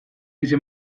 izen